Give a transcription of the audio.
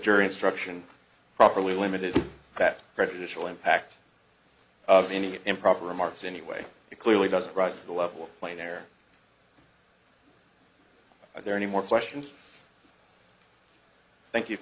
jury instruction properly limited that prejudicial impact of any improper remarks anyway it clearly doesn't rise to the level of play there are there any more questions thank you